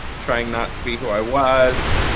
trying not to be who i was.